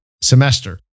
semester